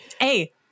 Hey